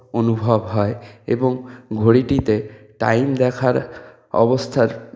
অনুভব হয় এবং ঘড়িটিতে টাইম দেখার অবস্থার